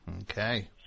Okay